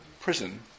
prison